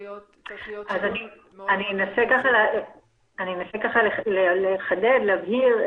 להיות שקול מאוד-מאוד --- אני אנסה לחדד ולהבהיר.